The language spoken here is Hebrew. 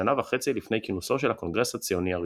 כשנה וחצי לפני כינוסו של הקונגרס הציוני הראשון.